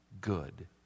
good